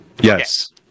Yes